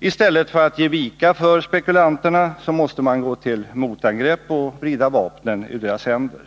I stället för att ge vika för spekulanterna måste man gå till motangrepp och vrida vapnen ur deras händer.